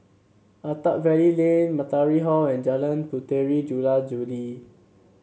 Attap Valley Lane Matahari Hall and Jalan Puteri Jula Juli